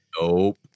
nope